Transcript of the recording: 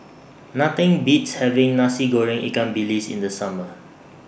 Nothing Beats having Nasi Goreng Ikan Bilis in The Summer